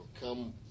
come